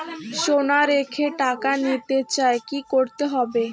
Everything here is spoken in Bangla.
সোনা রেখে টাকা নিতে চাই কি করতে হবে?